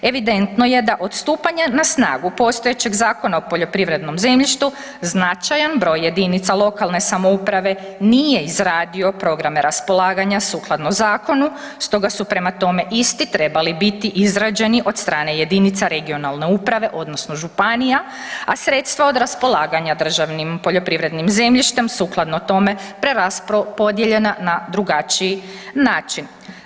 Evidentno je da od stupanja na snagu postojećeg Zakona o poljoprivrednom zemljištu značajan broj jedinica lokalne samouprave nije izradio programe raspolaganja sukladno zakonu stoga su prema tome isti trebali biti izrađeni od strane jedinica regionalne uprave odnosno županija, a sredstva od raspolaganja državnim poljoprivrednim zemljištem sukladno tome preraspodijeljena na drugačiji način.